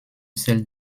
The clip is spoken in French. celle